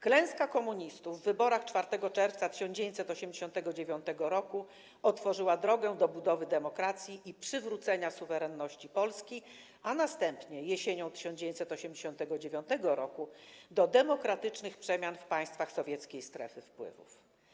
Klęska komunistów w wyborach 4 czerwca 1989 roku otworzyła drogę do budowy demokracji i przywrócenia suwerenności Polski, a następnie, jesienią 1989 roku, do demokratycznych przemian w państwach sowieckiej strefy wpływów.